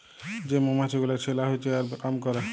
যে মমাছি গুলা ছেলা হচ্যে আর কাম ক্যরে